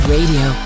Radio